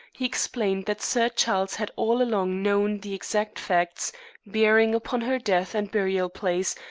he explained that sir charles had all along known the exact facts bearing upon her death and burial-place,